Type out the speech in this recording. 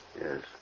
Yes